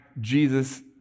Jesus